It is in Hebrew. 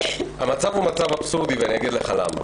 המצב אבסורדי, ואגיד לך למה.